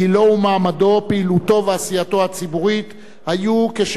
פעילותו ועשייתו הציבורית היו כשל אחד הצעירים.